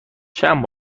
چند